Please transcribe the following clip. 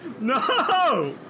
No